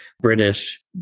British